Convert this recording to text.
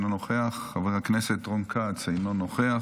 אינו נוכח,